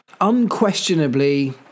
unquestionably